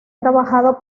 trabajado